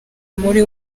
muri